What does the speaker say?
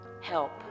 help